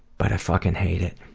but i fucking hate it.